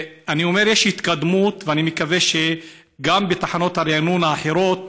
אני אומר שיש התקדמות ואני מקווה שגם בתחנות הריענון האחרות